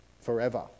forever